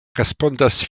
respondas